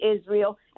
Israel